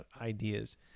ideas